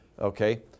Okay